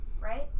right